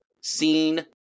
seen